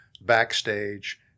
backstage